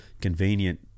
convenient